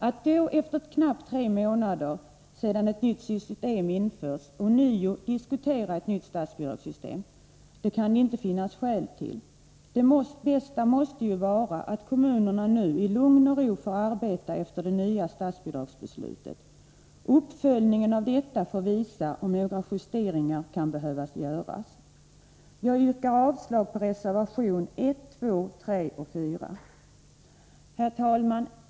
Att då knappt tre månader sedan ett nytt system har införts ånyo diskutera ett nytt statsbidragssystem finns det inga skäl till. Det bästa måste vara att kommunerna nu i lugn och ro får arbeta efter det nya statsbidragsbeslutet, och uppföljningen av detta får visa om några justeringar erfordras. Jag yrkar därför avslag på reservationerna 1, 2, 3 och 4. Herr talman!